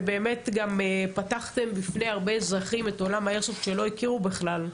ובאמת גם פתחתם בפני הרבה אזרחים את עולם האיירסופט שהם לא הכירו בכלל.